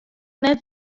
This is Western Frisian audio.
net